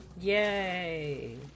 Yay